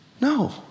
No